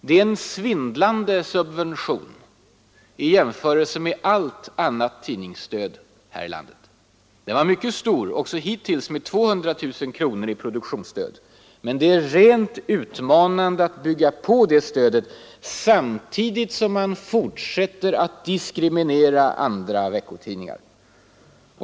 Det är en svindlande subvention i jämförelse med allt annat tidningsstöd här i landet. Den var mycket stor också hittills med 200 000 kronor i produktionsstöd. Men det är rent utmanande att bygga på det stödet samtidigt som man fortsätter att diskriminera andra veckotidningar.